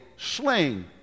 sling